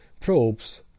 probes